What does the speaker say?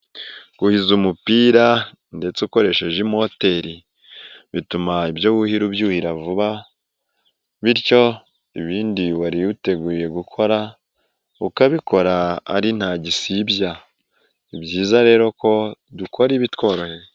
Kuhiza umupira ndetse ukoresheje imoteri, bituma ibyo wuhira ubyuhira vuba bityo ibindi wari witeguye gukora, ukabikora ari nta gisibya ni byiza rero ko dukora ibitworoheye.